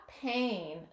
pain